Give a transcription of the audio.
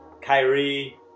Kyrie